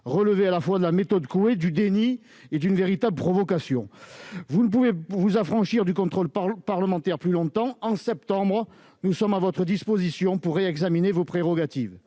relevait à la fois de la méthode Coué, du déni et d'une véritable provocation. Vous ne pouvez vous affranchir plus longtemps du contrôle parlementaire. En septembre, nous sommes à votre disposition pour réexaminer vos prérogatives.